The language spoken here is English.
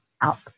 up